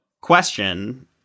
question